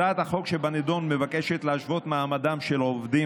הצעת החוק שבנדון מבקשת להשוות את מעמדם של עובדים